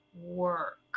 work